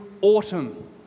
autumn